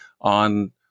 on